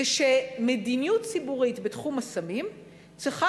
זה שמדיניות ציבורית בתחום הסמים צריכה